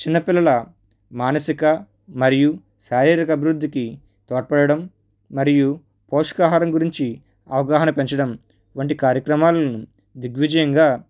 చిన్నపిల్లల మానసిక మరియు శారీరక అభివృద్ధికి తోడ్పడడం మరియు పోషక ఆహారం గురించి అవగాహన పెంచడం వంటి కార్యక్రమాలను దిగ్విజయంగా